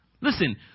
Listen